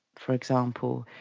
for example,